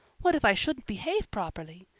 what if i shouldn't behave properly?